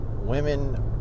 Women